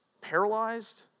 paralyzed